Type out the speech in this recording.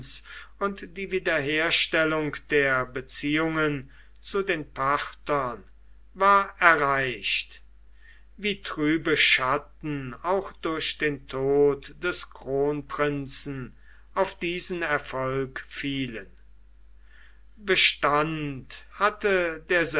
und die wiederherstellung der beziehungen zu den parthern war erreicht wie trübe schatten auch durch den tod des kronprinzen auf diesen erfolg fielen bestand hatte